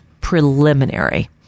preliminary